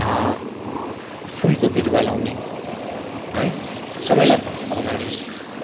फुलको बिरुवा लाउने है सबैलाई घरको अगाडि